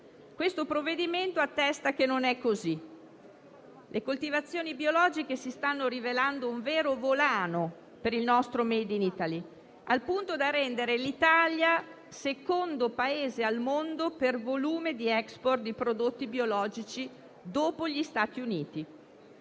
il provvedimento in esame attesta che non è così; le coltivazioni biologiche si stanno rivelando un vero volano per il nostro *made in Italy*, al punto da rendere l'Italia il secondo Paese al mondo per volume di *export* di prodotti biologici, dopo gli Stati Uniti.